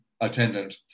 attendant